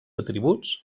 atributs